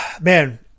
man